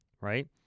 Right